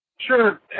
Sure